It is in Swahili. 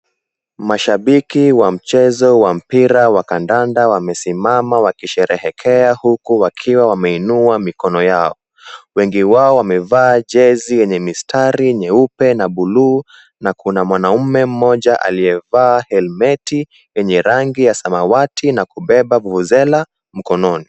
Mashabiki wa mchezo wa mpira wa kandanda wamesimama wakisherehekea, huku wakiwa wameinua mikono yao. Wengi wao wamevaa jezi yenye mistari nyeupe na buluu na kuna mwanaume mmoja aliyevaa helmeti yenye rangi ya samawati na kubeba vuvuzela mkononi.